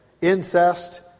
incest